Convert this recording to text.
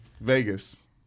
Vegas